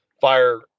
fire